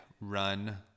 run